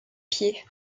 pieds